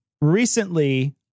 Recently